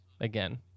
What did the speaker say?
again